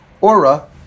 Aura